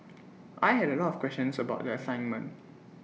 I had A lot of questions about the assignment